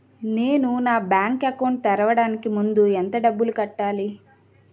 నేను నా bank account తెరవడానికి ముందు ఎంత డబ్బులు కట్టాలి?